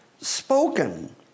spoken